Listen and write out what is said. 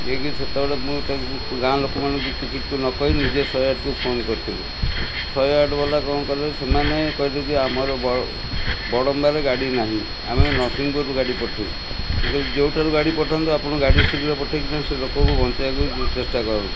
ନେଇକରି ସେତେବେଳେ ମୁଁ ତାକୁ ଗାଁ ଲୋକମାନଙ୍କୁ କିଛି ନ କହି ନିଜେ ଶହେଆଠକୁ ଫୋନ୍ କରିଥିଲି ଶହେ ଆଠ ବାଲା କ'ଣ କଲେ ସେମାନେ କହିଲେ ଯେ ଆମର ବଡ଼ ବଡ଼ମ୍ବାରେ ଗାଡ଼ି ନାହିଁ ଆମେ ନରସିଂହପୁରରୁ ଗାଡ଼ି ପଠେଇବୁ ମୁଁ କକିଲି ଯେଉଁଠାରୁ ଗାଡ଼ି ପଠାନ୍ତୁ ଆପଣ ଗାଡ଼ି ଶୀଘ୍ର ପଠେଇକି ସେ ଲୋକକୁ ବଞ୍ଚେଇବାକୁ ଚେଷ୍ଟା କରନ୍ତୁ